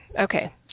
okay